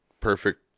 perfect